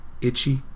itchy